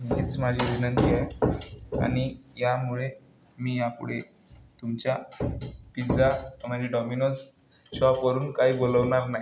हीच माझी विनंती आहे आणि यामुळे मी यापुढे तुमचा पिझ्झा म्हणजे डॉमिनोज शॉपवरून काही बोलवणार नाय